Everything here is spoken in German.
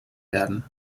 werden